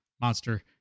monster